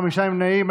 חמישה נמנעים.